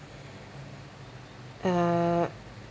uh